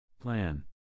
Plan